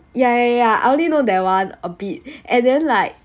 ya ya ya I only know that [one] a bit and then like